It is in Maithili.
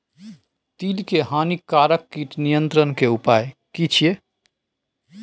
तिल के हानिकारक कीट नियंत्रण के उपाय की छिये?